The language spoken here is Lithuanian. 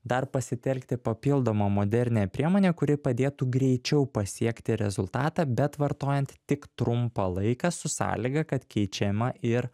dar pasitelkti papildomą modernią priemonę kuri padėtų greičiau pasiekti rezultatą bet vartojant tik trumpą laiką su sąlyga kad keičiama ir